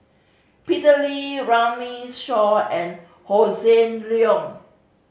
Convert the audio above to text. Peter Lee Runme Shaw and Hossan Leong